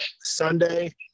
Sunday